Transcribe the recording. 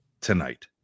tonight